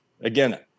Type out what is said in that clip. again